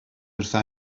wrtha